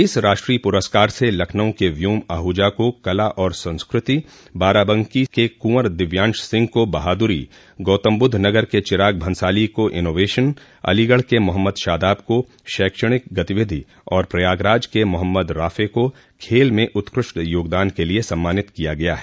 इस राष्टोय पुरस्कार से लखनऊ के व्योम आहूजा को कला और संस्कृति बाराबंकी के कुंवर दिव्यांश सिंह को बहादुरी गौतमबुद्ध नगर के चिराग भंसाली को इनोवेशन अलीगढ़ के मो शादाब को शैक्षणिक गतिविधि और प्रयागराज के मो राफ़े को खेल में उत्कृष्ट योगदान के लिए सम्मानित किया गया है